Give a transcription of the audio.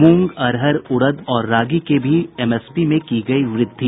मूंग अरहर उड़द और रागी के भी एमएसपी में की गयी व्रद्धि